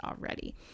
already